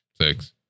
six